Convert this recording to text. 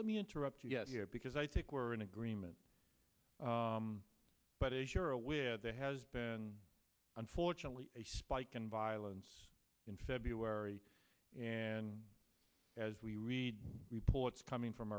let me interrupt you get here because i think we're in agreement but as you're aware there has been unfortunately a spike in violence in february and as we read reports coming from